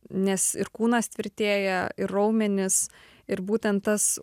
nes ir kūnas tvirtėja ir raumenys ir būtent tas